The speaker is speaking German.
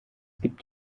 gibt